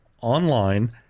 online